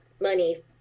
money